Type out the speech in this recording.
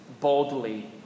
boldly